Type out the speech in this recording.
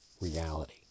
reality